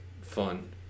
fun